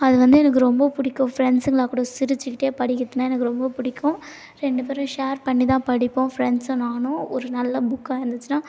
அது வந்து எனக்கு ரொம்ப பிடிக்கும் ஃப்ரெண்ட்ஸ்ங்களாம் கூட சிரிச்சுக்கிட்டே படிக்கிறதுனால் எனக்கு ரொம்ப பிடிக்கும் ரெண்டு பேரும் ஷேர் பண்ணிதான் படிப்போம் ஃப்ரெண்ட்ஸும் நானும் ஒரு நல்ல புக்காக இருந்துச்சுன்னா